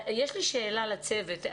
יש לי שאלה לצוות.